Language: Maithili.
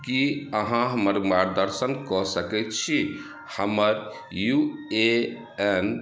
की अहाँ हमर मार्गदर्शन कऽ सकै छी हमर यू ए एन